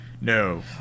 No